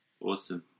Awesome